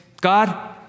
God